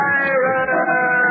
Pirates